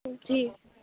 جی